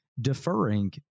deferring